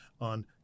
on